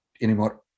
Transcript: anymore